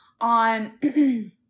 on